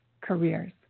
careers